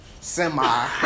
Semi